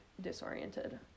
disoriented